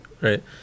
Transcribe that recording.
Right